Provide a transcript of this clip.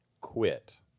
quit